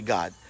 God